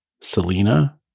Selena